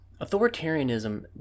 Authoritarianism